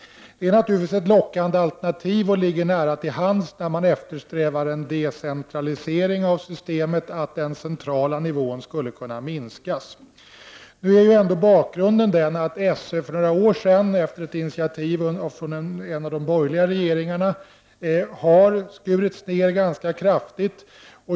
Det är naturligtvis ett lockande alternativ och ligger nära till hands när man eftersträvar en decentralisering av systemet för att den centrala nivån skall kunna minskas. Bakgrunden är den att SÖ för några år sedan efter ett initiativ från en av de borgerliga regeringarna har skurits ner ganska kraftigt.